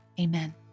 amen